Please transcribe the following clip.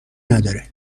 نداره